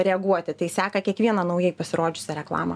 reaguoti tai seka kiekvieną naujai pasirodžiusią reklamą